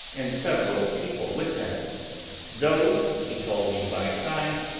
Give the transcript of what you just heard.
and several people with them those, he told me by signs,